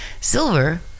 silver